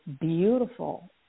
beautiful